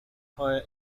higher